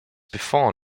before